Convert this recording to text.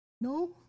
No